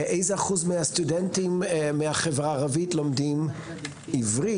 איזה אחוז מהסטודנטים בחברה הערבית לומדים עברית,